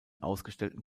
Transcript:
ausgestellten